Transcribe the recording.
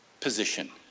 position